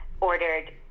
ordered